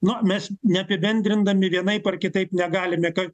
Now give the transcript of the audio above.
na mes neapibendrindami vienaip ar kitaip negalime kad